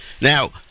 Now